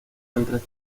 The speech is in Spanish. mientras